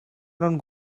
not